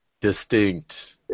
distinct